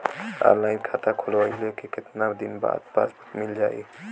Online खाता खोलवईले के कितना दिन बाद पासबुक मील जाई?